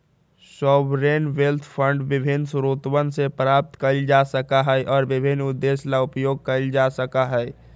sovereign wealth fund विभिन्न स्रोतवन से प्राप्त कइल जा सका हई और विभिन्न उद्देश्य ला उपयोग कइल जा सका हई